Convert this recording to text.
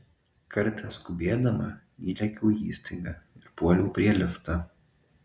kartą skubėdama įlėkiau į įstaigą ir puoliau prie lifto